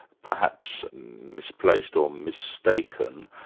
perhaps misplaced or mistaken,